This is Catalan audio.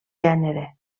gènere